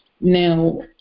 now